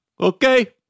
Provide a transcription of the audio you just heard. Okay